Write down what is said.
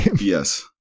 Yes